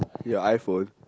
your iPhone